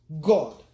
god